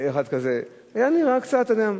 אחד כזה, אלא נראה קצת אדם,